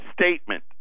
statement